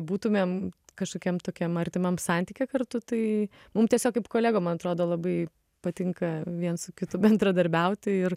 būtumėm kažkokiam tokiam artimam santyke kartu tai mum tiesiog kaip kolegom man atrodo labai patinka viens su kitu bendradarbiauti ir